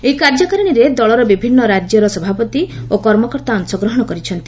ଏହି କାର୍ଯ୍ୟକାରିଣୀରେ ଦଳର ବିଭିନ୍ନ ରାଜ୍ୟର ସଭାପତି ଓ କର୍ମକର୍ତ୍ତା ଅଂଶଗ୍ରହଣ କରିଛନ୍ତି